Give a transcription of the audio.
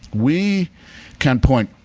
we can point,